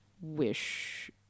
wish